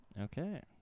Okay